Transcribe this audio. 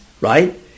right